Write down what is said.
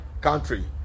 country